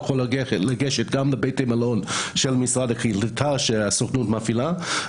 הוא יכול לגשת גם לבתי מלון של משרד הקליטה שהסוכנות מפעילה,